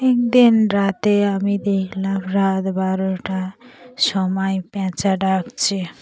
একদিন রাতে আমি দেখলাম রাত বারোটার সময় পেঁচা ডাকছে